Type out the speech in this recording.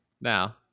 now